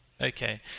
Okay